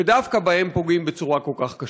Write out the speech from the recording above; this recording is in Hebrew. ודווקא בהם פוגעים בצורה כל כך קשה.